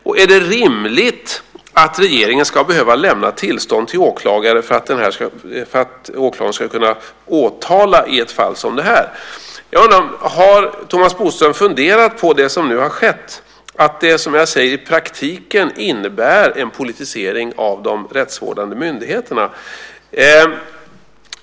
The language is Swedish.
Och är det rimligt att regeringen ska behöva lämna tillstånd till åklagare för att åklagaren ska kunna åtala i ett fall som det här? Har Thomas Bodström funderat på det som nu har skett, att det, som jag säger, i praktiken innebär en politisering av de rättsvårdande myndigheterna?